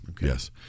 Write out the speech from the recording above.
Yes